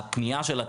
הקנייה שלה,